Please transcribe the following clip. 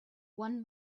one